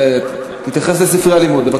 תתייחס לספרי הלימוד, בבקשה.